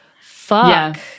fuck